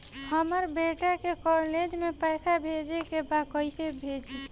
हमर बेटा के कॉलेज में पैसा भेजे के बा कइसे भेजी?